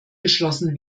geschlossen